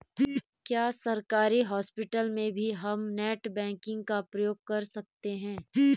क्या सरकारी हॉस्पिटल में भी हम नेट बैंकिंग का प्रयोग कर सकते हैं?